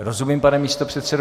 Rozumím, pane místopředsedo.